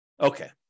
Okay